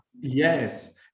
Yes